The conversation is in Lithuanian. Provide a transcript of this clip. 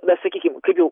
na sakykim kaip jau